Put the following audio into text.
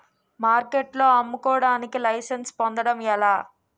మార్కెట్లో అమ్ముకోడానికి లైసెన్స్ పొందడం ఎలా?